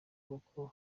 kuko